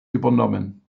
übernommen